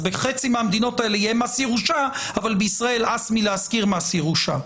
אז בחצי מהמדינות האלה יהיה מס ירושה אבל בישראל הס מלהזכיר מס ירושה.